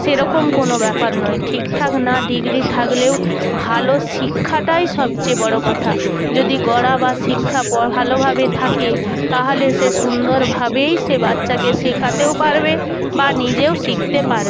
সেরকম কোনও ব্যাপার নয় ঠিকঠাক না ডিগ্রি থাকলেও ভালো শিক্ষাটাই সবচেয়ে বড় কথা যদি গড়া বা শিক্ষা ভালোভাবে থাকে তাহলে সে সুন্দরভাবেই সে বাচ্চাকে শেখাতেও পারবে বা নিজেও শিখতে পারে